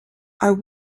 our